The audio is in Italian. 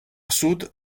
sud